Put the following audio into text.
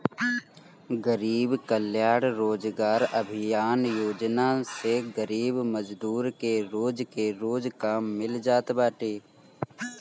गरीब कल्याण रोजगार अभियान योजना से गरीब मजदूर के रोज के रोज काम मिल जात बाटे